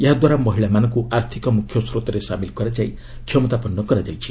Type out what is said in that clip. ଏହାଦ୍ୱାରା ମହିଳାମାନଙ୍କୁ ଆର୍ଥକ ମୁଖ୍ୟସ୍ରୋତରେ ସାମିଲ୍ କରାଯାଇ କ୍ଷମତାପନ୍ନ କରାଯାଇଛି